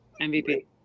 MVP